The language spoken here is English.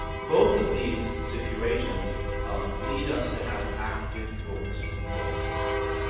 both of these situations lead us to have active focus control systems.